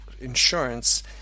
insurance